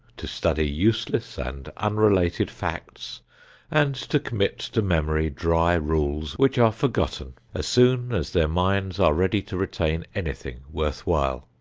to study useless and unrelated facts and to commit to memory dry rules which are forgotten as soon as their minds are ready to retain anything worth while.